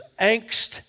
angst